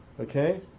Okay